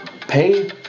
Pay